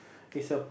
is a